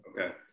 Okay